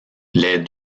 les